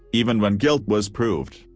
even when guilt was proved,